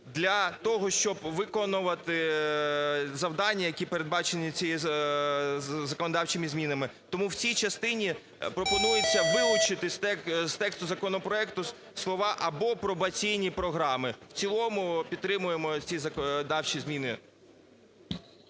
для того, щоб виконувати завдання, які передбачені цими законодавчими змінами. Тому в цій частині пропонується вилучити з тексту законопроекту слова "або пробаційні програми". В цілому підтримуємо ці законодавчі зміни.